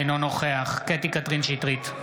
אינו נוכח קטי קטרין שטרית,